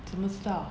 怎么知道